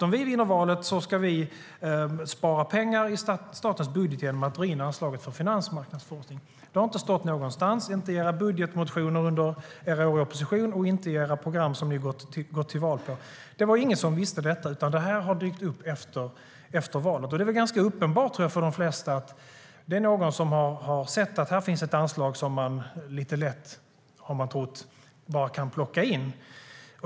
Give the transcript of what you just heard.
Om vi vinner valet ska vi spara pengar i statens budget genom att dra in anslaget för finansmarknadsforskning - det har inte stått någonstans, Per Bolund, inte i era budgetmotioner under era år i opposition och inte i era program som ni gått till val på. Ingen visste detta, utan det har dykt upp efter valet. Jag tror att det är ganska uppenbart för de flesta att någon har sett att det finns ett anslag som man lite lätt - har man trott - bara kan plocka in.